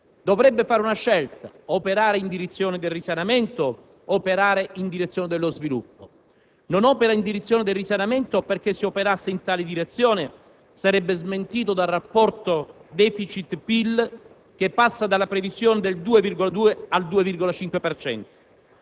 Dovrebbe fare una scelta: operare in direzione del risanamento o operare in direzione dello sviluppo. Non opera in direzione del risanamento perché se operasse in tale direzione sarebbe smentito dal rapporto *deficit*-PIL che passa dalla previsione del 2,2 al 2,5